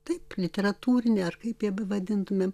taip literatūrinę ar kaip ją bevadintumėm